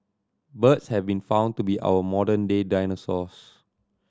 birds have been found to be our modern day dinosaurs